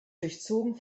durchzogen